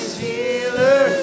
healer